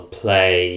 play